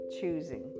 choosing